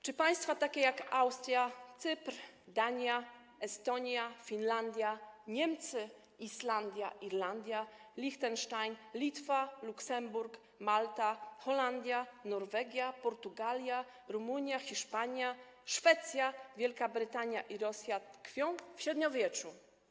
Czy państwa takie jak Austria, Cypr, Dania, Estonia, Finlandia, Niemcy, Islandia, Irlandia, Lichtenstein, Litwa, Luksemburg, Malta, Holandia, Norwegia, Portugalia, Rumunia, Hiszpania, Szwecja, Wielka Brytania i Rosja tkwią w średniowieczu?